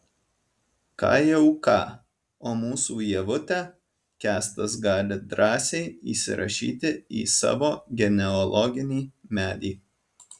ką jau ką o mūsų ievutę kęstas gali drąsiai įsirašyti į savo genealoginį medį